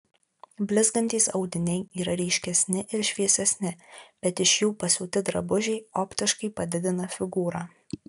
blizgantys audiniai yra ryškesni ir šviesesni bet iš jų pasiūti drabužiai optiškai padidina figūrą